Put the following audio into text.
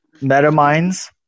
MetaMinds